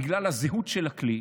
בגלל הזהות של הכלי,